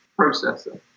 processor